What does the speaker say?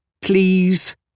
Please